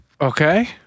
Okay